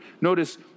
Notice